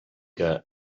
que